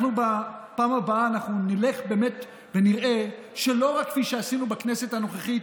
אנחנו בפעם הבאה נלך ונראה שלא רק כפי שעשינו בכנסת הנוכחית,